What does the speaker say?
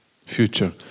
future